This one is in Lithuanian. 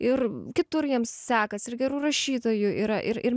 ir kitur jiems sekasi ir gerų rašytojų yra ir ir